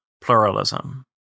pluralism